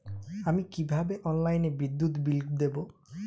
আমি কিভাবে অনলাইনে বিদ্যুৎ বিল দেবো?